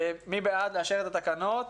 מי בעד לאשר את התקנות?